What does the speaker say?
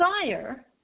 desire